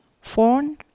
phone